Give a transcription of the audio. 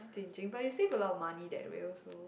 stinging but you'll save a lot of money that way also